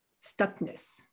stuckness